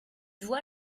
vois